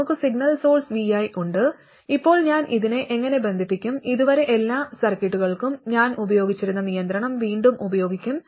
നമുക്ക് signal source vi ഉണ്ട് ഇപ്പോൾ ഞാൻ ഇതിനെ എങ്ങനെ ബന്ധിപ്പിക്കും ഇതുവരെ എല്ലാ സർക്യൂട്ടുകൾക്കും ഞാൻ ഉപയോഗിച്ചിരുന്ന നിയന്ത്രണം വീണ്ടും ഉപയോഗിക്കും